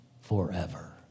forever